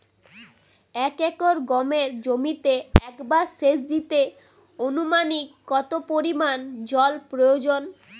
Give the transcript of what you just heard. এক একর গমের জমিতে একবার শেচ দিতে অনুমানিক কত পরিমান জল প্রয়োজন?